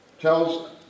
tells